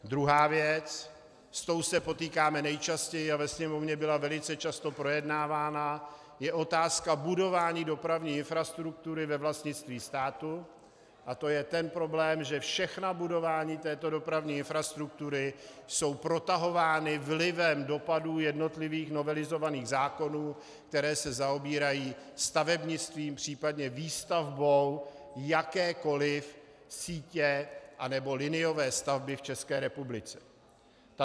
Druhá věc, s tou se potýkáme nejčastěji a ve Sněmovně byla velice často projednávána, je otázka budování dopravní infrastruktury ve vlastnictví státu, a to je ten problém, že všechna budování této dopravní infrastruktury jsou protahována vlivem dopadů jednotlivých novelizovaných zákonů, které se zaobírají stavebnictvím, případně výstavbou jakékoli sítě anebo liniové stavby v ČR.